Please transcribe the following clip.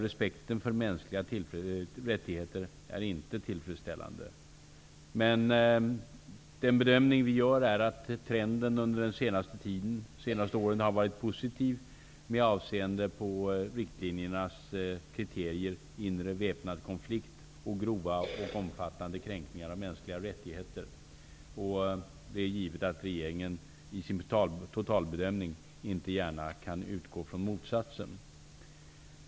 Respekten för mänskliga rättigheter är inte tillfredsställande. Den bedömning vi gör är att trenden under den senaste tiden, de senaste åren, har varit positiv med avseende på riktlinjernas kriterier om inre väpnad konflikt och grova och omfattande kränkningar av de mänskliga rättigheterna. Det är givet att regeringen i sin totalbedömning inte gärna kan utgå från motsatsen.